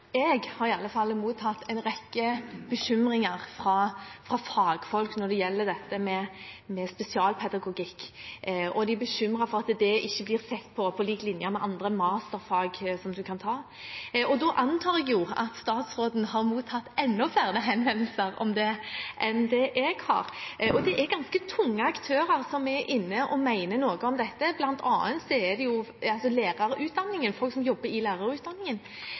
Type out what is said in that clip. gjelder dette med spesialpedagogikk, og de er bekymret for at det ikke blir sett på på lik linje med andre masterfag som en kan ta. Jeg antar jo at statsråden har mottatt enda flere henvendelser om det enn det jeg har. Det er ganske tunge aktører som er inne og mener noe om dette, bl.a. folk som jobber innen lærerutdanningen, Lesesenteret – det er tunge aktører som